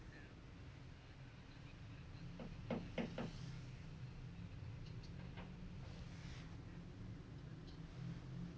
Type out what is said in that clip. and